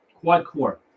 quad-core